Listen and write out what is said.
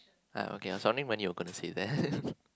ah okay i was wondering when you were gonna say that